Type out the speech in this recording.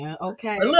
Okay